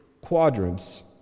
quadrants